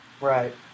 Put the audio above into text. Right